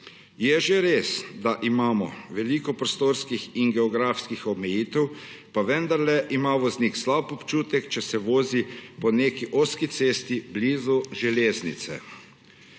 Je že res, da imamo veliko prostorskih in geografskih omejitev, pa vendarle ima voznik slab občutek, če se vozi po neki ozki cesti blizu železnice.